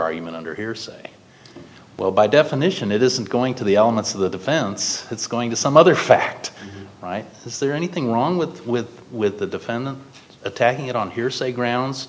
argument under hearsay well by definition it isn't going to the elements of the defense it's going to some other fact is there anything wrong with with with the defendant attacking it on hearsay